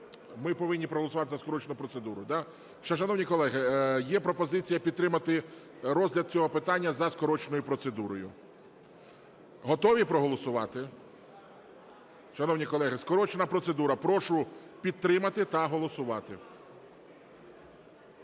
Ми повинні проголосувати за скорочену процедуру, да? Шановні колеги, є пропозиція підтримати розгляд цього питання за скороченою процедурою. Готові проголосувати? Шановні колеги, скорочена процедура. Прошу підтримати та голосувати.